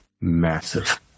massive